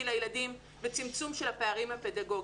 לילדים וצמצום של הפערים הפדגוגיים.